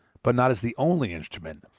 but not as the only instrument,